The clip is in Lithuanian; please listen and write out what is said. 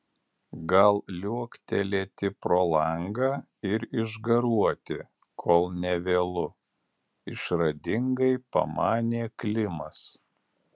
gal liuoktelėti pro langą ir išgaruoti kol ne vėlu išradingai pamanė klimas